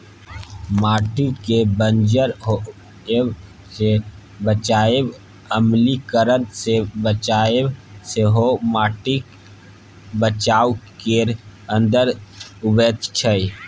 माटिकेँ बंजर होएब सँ बचाएब, अम्लीकरण सँ बचाएब सेहो माटिक बचाउ केर अंदर अबैत छै